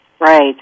Right